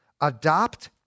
adopt